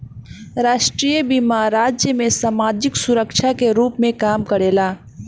राष्ट्रीय बीमा राज्य में सामाजिक सुरक्षा के रूप में काम करेला